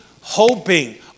hoping